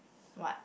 what